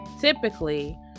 typically